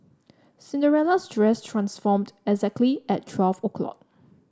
cinderella's dress transformed exactly at twelve o' clock